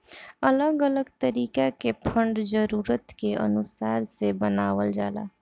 अलग अलग तरीका के फंड जरूरत के अनुसार से बनावल जाला